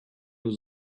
was